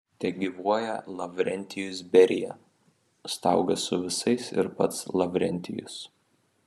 tegyvuoja lavrentijus berija staugė su visais ir pats lavrentijus